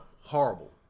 Horrible